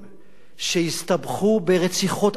שהסתבכו ברציחות ענקיות